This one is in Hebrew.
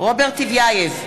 רוברט טיבייב,